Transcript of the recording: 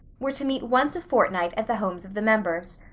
were to meet once a fortnight at the homes of the members.